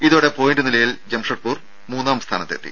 ഇതോടെ പോയിന്റ് നിലയിൽ ജംഷേദ്പുർ മൂന്നാം സ്ഥാനത്തെത്തി